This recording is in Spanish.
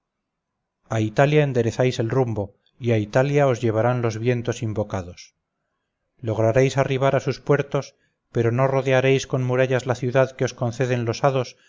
a italia enderezáis el rumbo y a italia os llevarán los vientos invocados lograréis arribar a sus puertos pero no rodearéis con murallas la ciudad que os conceden los hados